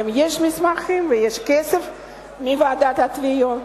יש מסמכים ויש כסף מוועידת התביעות,